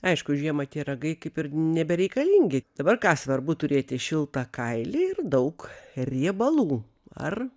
aišku žiemą tie ragai kaip ir nebereikalingi dabar ką svarbu turėti šiltą kailį ir daug riebalų ar